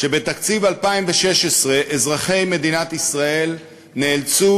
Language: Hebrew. שבתקציב 2016 אזרחי מדינת ישראל נאלצים